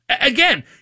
Again